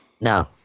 no